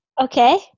Okay